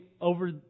over